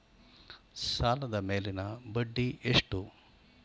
ಸಾಲದ ಮೇಲಿನ ಬಡ್ಡಿ ಎಷ್ಟು?